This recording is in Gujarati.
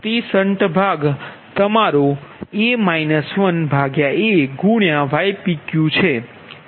તે શન્ટ ભાગ તમારો aypqછે